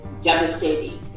devastating